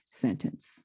sentence